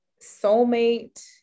soulmate